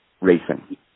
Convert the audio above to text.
racing